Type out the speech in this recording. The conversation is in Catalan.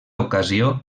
ocasió